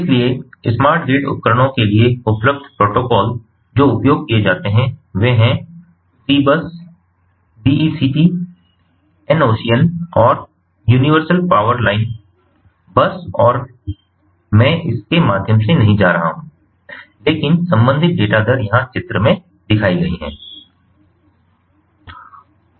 इसलिए smart grid उपकरणों के लिए उपलब्ध प्रोटोकॉल जो उपयोग किए जाते हैं वे हैं सी बस DECT EnOcean और यूनिवर्सल पॉवर लाइन बस और मैं इसके माध्यम से नहीं जा रहा हूं लेकिन संबंधित डेटा दर यहाँ चित्र में है